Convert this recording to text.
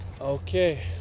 Okay